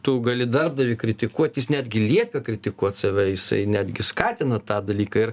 tu gali darbdavį kritikuot jis netgi liepia kritikuot save jisai netgi skatina tą dalyką ir